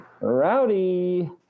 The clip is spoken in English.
Rowdy